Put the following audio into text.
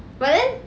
but then